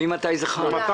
ממתי זה חל?